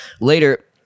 Later